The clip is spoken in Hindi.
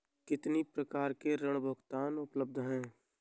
कितनी प्रकार के ऋण भुगतान उपलब्ध हैं?